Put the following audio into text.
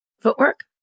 Footwork